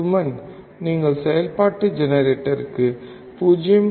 எனவே சுமன் நீங்கள் செயல்பாட்டு ஜெனரேட்டருக்கு 0